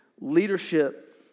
leadership